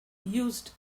used